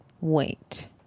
Wait